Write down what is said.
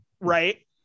Right